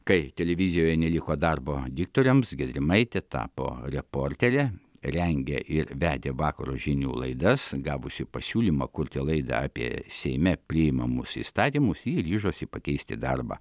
kai televizijoje neliko darbo diktoriams giedrimaitė tapo reportere rengė ir vedė vakaro žinių laidas gavusi pasiūlymą kurti laidą apie seime priimamus įstatymus ji ryžosi pakeisti darbą